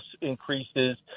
increases